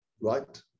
right